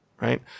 right